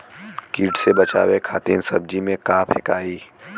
कीट से बचावे खातिन सब्जी में का फेकाई?